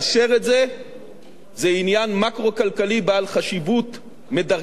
זה עניין מקרו-כלכלי בעל חשיבות ממדרגה ראשונה למדינת ישראל,